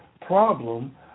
problem